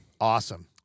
Awesome